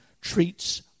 treats